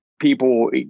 people